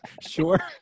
sure